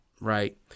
Right